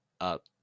up